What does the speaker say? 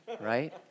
Right